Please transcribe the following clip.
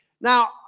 Now